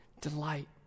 delight